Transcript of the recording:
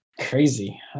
crazy